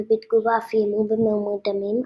ובתגובה אף איימו במהומות דמים,